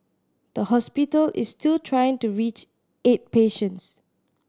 the hospital is still trying to reach eight patients